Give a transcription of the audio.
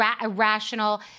irrational